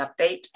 update